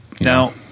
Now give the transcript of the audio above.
Now